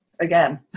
again